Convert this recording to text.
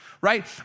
Right